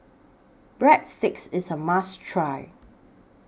Breadsticks IS A must Try